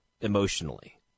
emotionally